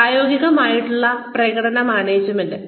പ്രായോഗികമായിട്ടുള്ള പ്രകടന മാനേജ്മെന്റ്